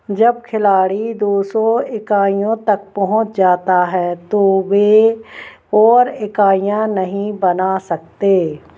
जब खिलाड़ी दो सौ इकाइयों तक पहुँच जाता है तो वे और इकाइयाँ नहीं बना सकते